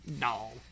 No